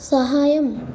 సహాయం